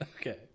Okay